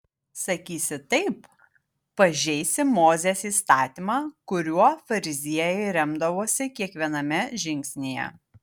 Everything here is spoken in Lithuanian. sakysi taip pažeisi mozės įstatymą kuriuo fariziejai remdavosi kiekviename žingsnyje